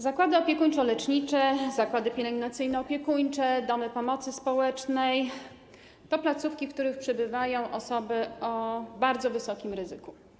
Zakłady opiekuńczo-lecznicze, zakłady pielęgnacyjno-opiekuńcze i domy pomocy społecznej to placówki, w których przebywają osoby z grupy bardzo wysokiego ryzyka.